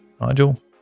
Nigel